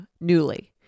Newly